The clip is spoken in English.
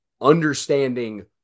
understanding